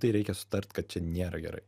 tai reikia sutart kad čia nėra gerai